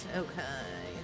okay